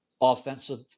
offensive